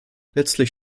letztlich